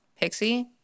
pixie